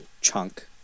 chunk